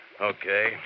Okay